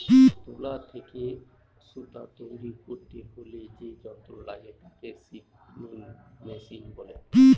তুলা থেকে সুতা তৈরী করতে হলে যে যন্ত্র লাগে তাকে স্পিনিং মেশিন বলে